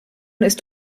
ist